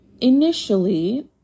initially